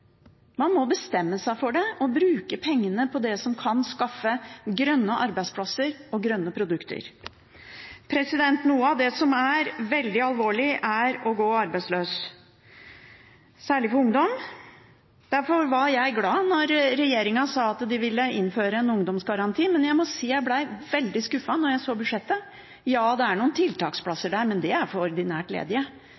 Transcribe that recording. Man må bestemme seg for det og bruke pengene på det som kan skaffe grønne arbeidsplasser og grønne produkter. Noe som er veldig alvorlig, er å gå arbeidsløs, særlig for ungdom. Derfor var jeg glad da regjeringen sa at den ville innføre en ungdomsgaranti, men jeg må si jeg ble veldig skuffet da jeg så budsjettet. Ja, det er noen